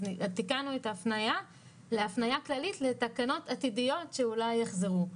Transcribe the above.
אז תיקנו את ההפניה להפניה כללית לתקנות עתידיות שאולי יחזרו.